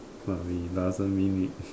but we doesn't mean it